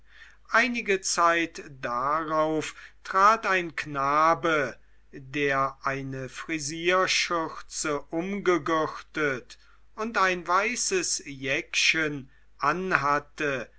einige zeit dar auf trat ein knabe der eine frisierschürze umgegürtet und ein weißes jäckchen anhatte